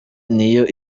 niyo